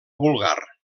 vulgar